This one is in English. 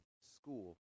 school